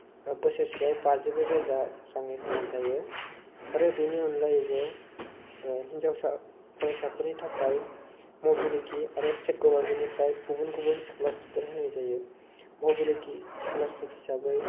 बोसोरसेआव बाजिब्रै रोजा रांनि होनाय जायो आरो बेनि अनगायैबो हिनजावसा फरायसाफोरनि थाखाय मबिलिटि आरो स्टेट गभार्नमेन्टनिफ्राय गुबुन गुबुन स्कलारशिपफोर होनाय जायो मबिलिटि स्कलारशिप हिसाबै